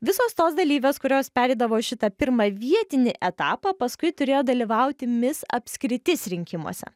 visos tos dalyvės kurios pereidavo į šitą pirmą vietinį etapą paskui turėjo dalyvauti mis apskritis rinkimuose